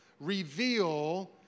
reveal